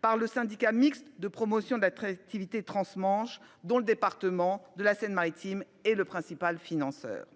par le Syndicat mixte de promotion de l'activité transmanche (SMPAT), dont le département est le principal financeur.